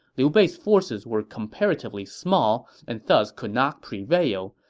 liu bei's forces were comparatively small and thus could not prevail.